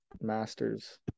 Masters